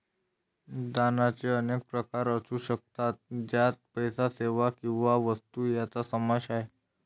दानाचे अनेक प्रकार असू शकतात, ज्यात पैसा, सेवा किंवा वस्तू यांचा समावेश आहे